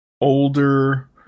older